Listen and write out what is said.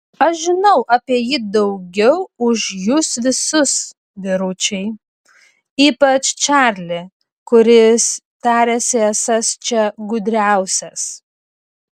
aš žinau apie jį daugiau už jus visus vyručiai ypač čarlį kuris tariasi esąs čia gudriausias